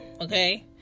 okay